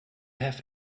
have